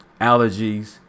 allergies